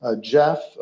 Jeff